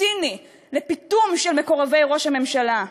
ציני לפיטום של מקורבי ראש הממשלה.